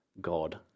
God